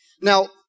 Now